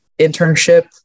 internship